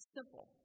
Simple